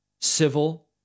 civil